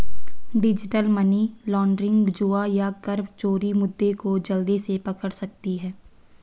digital money laundering, जुआ या कर चोरी मुद्दे को जल्दी से पकड़ सकती है